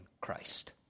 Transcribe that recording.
Christ